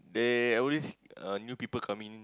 they always uh new people coming